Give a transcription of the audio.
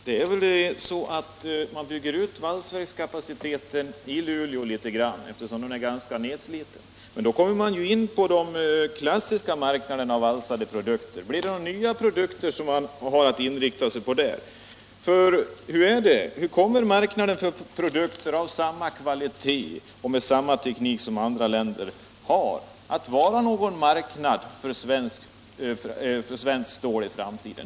Herr talman! Man bygger ut valsverkskapaciteten i Luleå litet grand, eftersom den är ganska nedsliten. Men då kommer man in på de klassiska marknaderna av valsade produkter. Kommer man att kunna inrikta sig på några nya produkter? Frågan är om stålprodukter av samma kvalitet och tillverkade med samma teknik som i andra länder kommer att ha någon framgång på exportmarknaden.